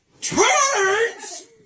turns